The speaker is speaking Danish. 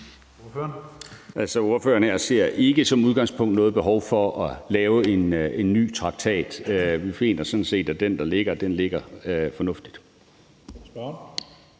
Ordførerne